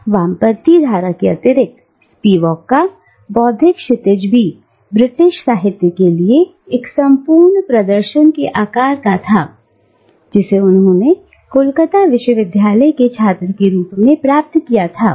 इस वामपंथी धारा के अतिरिक्तस्पिवाक का बौद्धिक क्षितिज भी ब्रिटिश साहित्य के लिए एक संपूर्ण प्रदर्शन के आकार का था जिसे उन्होंने कलकत्ता विश्वविद्यालय के छात्र के रूप में प्राप्त किया था